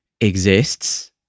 exists